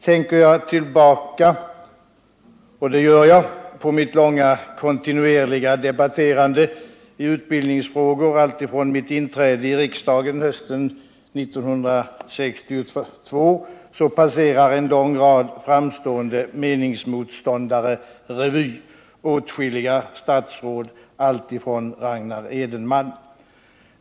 Tänker jag tillbaka — och det gör jag — på mitt långa kontinuerliga debatterande i utbildningsfrågor alltifrån mitt inträde i riksdagen hösten 1962, passerar en lång rad framstående meningsmotståndare revy, däribland åtskilliga statsråd alltifrån Ragnar Edenman.